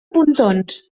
pontons